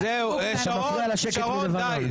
אתה מפריע לשקט מלבנון...